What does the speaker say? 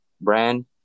brand